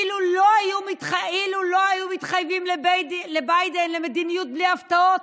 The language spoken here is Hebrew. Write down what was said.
אילו לא מתחייבים לביידן למדיניות בלי הפתעות,